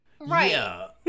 Right